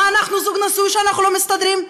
מה אנחנו, זוג נשוי שאנחנו לא מסתדרים?